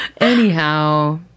Anyhow